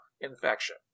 infection